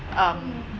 um